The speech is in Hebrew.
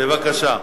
בבקשה.